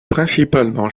principalement